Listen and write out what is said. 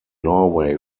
norway